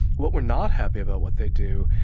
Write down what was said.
what we're not happy about what they do,